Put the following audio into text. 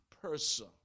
person